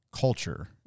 culture